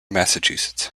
massachusetts